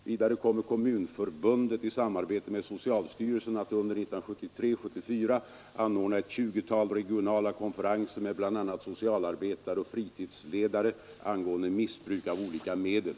Vidare kommer Kommunförbundet i samarbete med socialstyrelsen att 1973—1974 anordna ett 20-tal regionala konferenser med bl.a. socialarbetare och fritidsledare angående missbruk av olika medel.